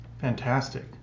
Fantastic